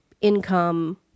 income